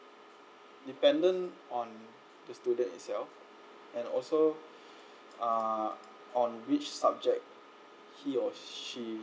dependent on the student itself and also uh on which subject he or she